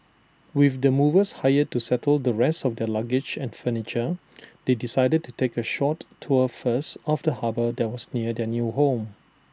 with the movers hired to settle the rest of their luggage and furniture they decided to take A short tour first of the harbour that was near their new home